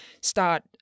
start